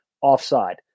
offside